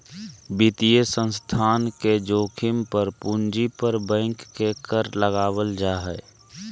वित्तीय संस्थान के जोखिम पर पूंजी पर बैंक के कर लगावल जा हय